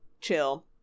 chill